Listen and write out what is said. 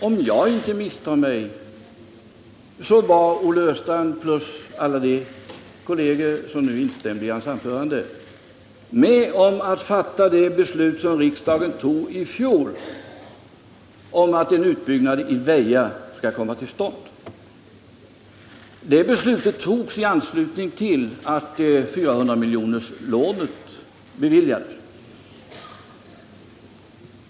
Om jag inte misstar mig var nämligen Olle Östrand plus alla de kolleger som nu instämde i hans anförande med om det beslut om att en utbyggnad i Väja skall komma till stånd som riksdagen fattade i fjol. Det beslutet fattades i anslutning till att 400-miljonerslånet beviljades.